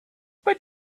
but